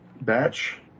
batch